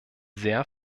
sehr